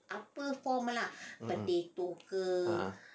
um um a'ah